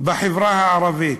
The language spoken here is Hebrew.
בחברה הערבית.